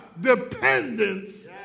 dependence